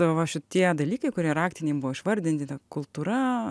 va šitie dalykai kurie raktiniai buvo išvardinti ta kultūra